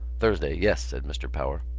thursday, yes, said mr. power.